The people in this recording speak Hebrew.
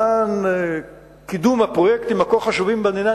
למען קידום הפרויקטים הכה-חשובים במדינה,